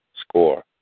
score